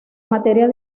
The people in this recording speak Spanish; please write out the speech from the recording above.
materia